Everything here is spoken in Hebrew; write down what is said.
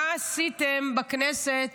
מה עשיתם בכנסת